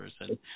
person